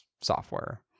software